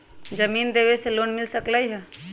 जमीन देवे से लोन मिल सकलइ ह?